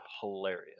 hilarious